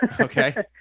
Okay